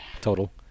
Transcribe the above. total